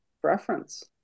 preference